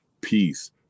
peace